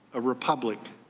a republic